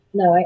no